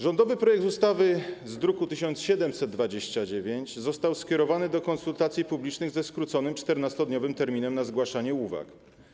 Rządowy projekt ustawy z druku nr 1729 został skierowany do konsultacji publicznych ze skróconym, 14-dniowym terminem przewidzianym na zgłaszanie uwag.